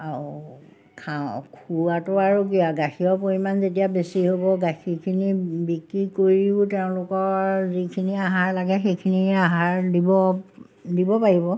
আৰু খাওঁ খুওৱাটো আৰু কি আৰু গাখীৰৰ পৰিমাণ যেতিয়া বেছি হ'ব গাখীৰখিনি বিক্ৰী কৰিও তেওঁলোকৰ যিখিনি আহাৰ লাগে সেইখিনিয়ে আহাৰ দিব দিব পাৰিব